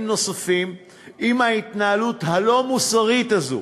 נוספים אם ההתנהלות הלא-מוסרית הזאת,